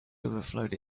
overflowed